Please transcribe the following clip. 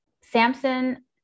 Samson